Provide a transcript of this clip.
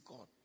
God